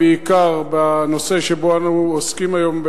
בעיקר בנושא שבו אנו עוסקים היום,